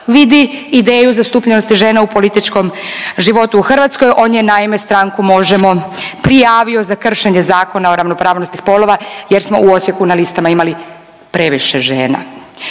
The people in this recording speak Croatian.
vidi ideju zastupljenosti žena u političkom životu u Hrvatskoj. On je naime stranku Možemo prijavio za kršenje Zakona o ravnopravnosti spolova jer smo u Osijeku na listama imali previše žena.